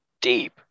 deep